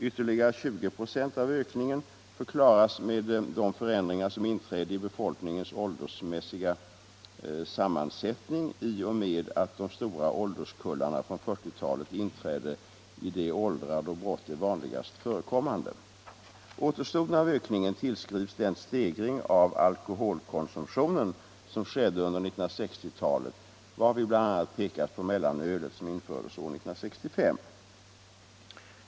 Ytterligare 20 26 av ökningen förklaras med de förändringar som inträdde i befolkningens åldersmässiga sammansättning i och med att de stora årskullarna från 1940-talet inträdde i de åldrar då brott är vanligast förekommande.